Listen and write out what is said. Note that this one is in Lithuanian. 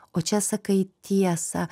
o čia sakai tiesą